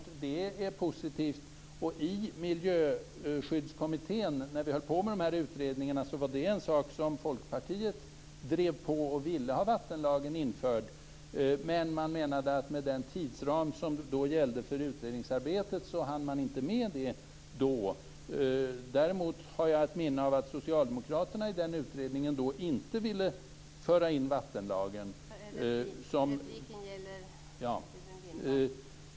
När vi höll på med de här utredningarna i Miljöskyddskommittén var det en sak som vi i Folkpartiet drev på. Vi ville ha vattenlagen införd. Men man menade då att med den tidsram som gällde för utredningsarbetet hann man inte med det. Däremot har jag ett minne av att socialdemokraterna i den utredningen inte ville föra in vattenlagen.